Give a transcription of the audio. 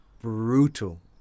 brutal